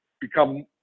become